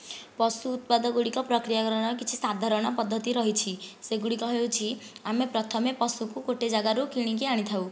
ପଶୁ ଉତ୍ପାଦ ଗୁଡିକ ପ୍ରକ୍ରିୟାକରଣର କିଛି ସାଧାରଣ ପଦ୍ଧତି ରହିଛି ସେଗୁଡ଼ିକ ହେଉଛି ଆମେ ପ୍ରଥମେ ପଶୁକୁ ଗୋଟେ ଜାଗାରୁ କିଣିକି ଆଣିଥାଉ